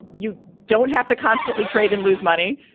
you don't have to constantly trade and lose money.